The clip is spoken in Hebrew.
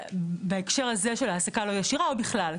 בהקשר הזה של העסקה הלא ישירה או בכלל?